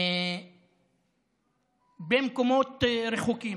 במקומות רחוקים.